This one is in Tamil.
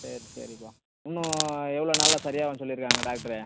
சரி சரிப்பா இன்னும் எவ்வளோ நாளில் சரியாக ஆகுன்னு சொல்லியிருக்காங்க டாக்ட்ரு